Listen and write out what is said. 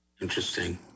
interesting